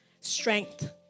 strength